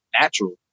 natural